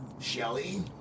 shelly